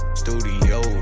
studio